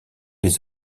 des